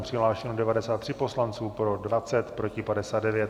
Přihlášeni 93 poslanci, pro 20, proti 59.